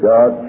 God